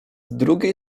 drugiej